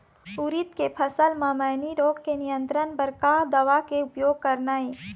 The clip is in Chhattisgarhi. उरीद के फसल म मैनी रोग के नियंत्रण बर का दवा के उपयोग करना ये?